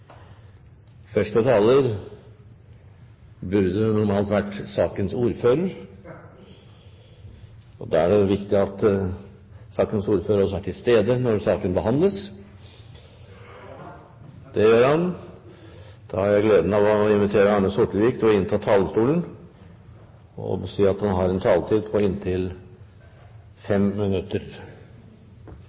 Første taler burde normalt vært sakens ordfører, og da er det viktig at sakens ordfører også er til stede når saken behandles. – Det er han nå! Da har jeg gleden av å invitere Arne Sortevik til å innta talerstolen. Det er ikke alltid at